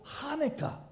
Hanukkah